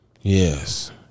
Yes